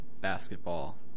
basketball